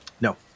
No